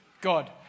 God